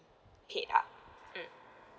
paid ah mm